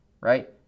right